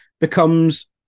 becomes